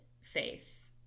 faith